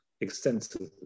extensively